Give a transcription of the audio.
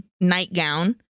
nightgown